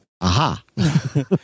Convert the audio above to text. aha